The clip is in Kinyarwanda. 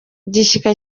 igishyika